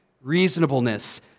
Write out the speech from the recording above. reasonableness